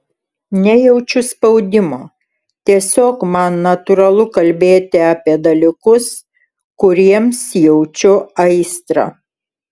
nejaučiu spaudimo tiesiog man natūralu kalbėti apie dalykus kuriems jaučiu aistrą